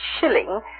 shilling